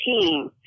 team